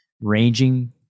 ranging